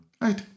right